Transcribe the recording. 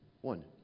One